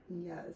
Yes